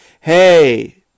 Hey